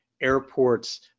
airports